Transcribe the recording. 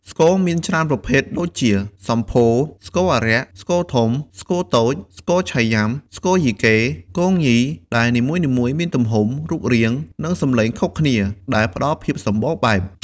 ស្គរមានច្រើនប្រភេទដូចជា សម្ភោរ ស្គរអារក្ស ស្គរធំ ស្គរតូច ស្គរឆៃយ៉ាំ ស្គរយីកេ គងញី ដែលនីមួយៗមានទំហំ រូបរាង និងសំឡេងខុសគ្នា ដែលផ្តល់ភាពសម្បូរបែប។